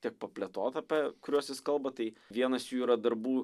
tiek paplėtot apie kuriuos jis kalba tai vienas jų yra darbų